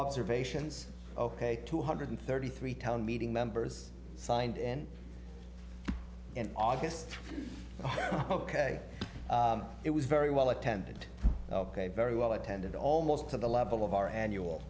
observations ok two hundred thirty three town meeting members signed in in august ok it was very well attended a very well attended almost to the level of our annual